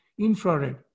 infrared